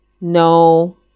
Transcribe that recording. No